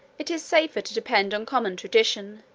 it is safer to depend on common tradition,